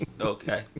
Okay